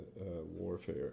warfare